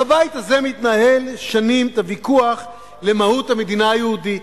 בבית הזה מתנהל שנים הוויכוח על מהות המדינה היהודית.